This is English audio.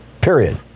period